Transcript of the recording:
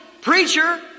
preacher